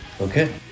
Okay